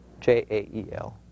j-a-e-l